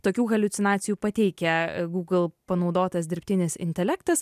tokių haliucinacijų pateikia google panaudotas dirbtinis intelektas